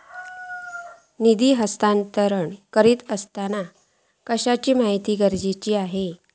निधी हस्तांतरण करीत आसताना कसली माहिती गरजेची आसा?